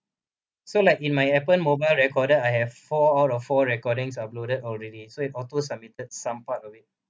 so like in my appen mobile recorder I have four out of four recordings uploaded already so it auto submitted some part of it